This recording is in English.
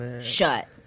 shut